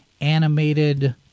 animated